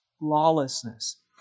lawlessness